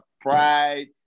pride